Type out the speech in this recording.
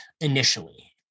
initially